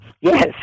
Yes